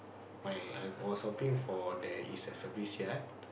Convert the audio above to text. my I was hoping for there is a service yard